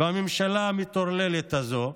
בממשלה המטורללת הזאת,